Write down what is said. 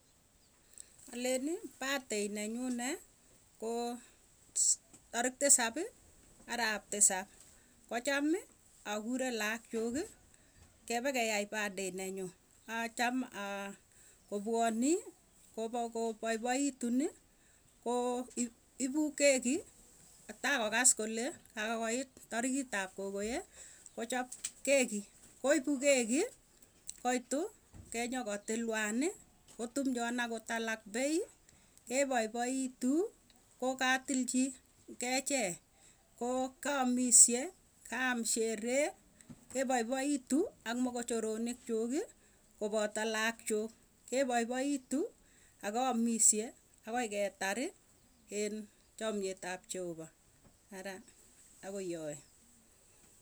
Alenii birthday nenyune koo tarik tisap arap tisap, kochamii akure laakchukii kepekeyai birthday nenyuu. Acham aah kopwanii kopa kopaipaitu koo ipuu keki taa kokaas kole kakoit tarikit ap kokoee, kochap keki koipuu keki, koitu kenyokotilwanii kotumchon agot alak pei kepaipaituu kokatilchii kechee koo kaamishe kaam sherehe kepaipaitu kopoton choronok chuk, kopoto laak chuuk. Kepaipaitu akaamishe akoi ketarii, en chamyet ap jehova araa akoiyoe.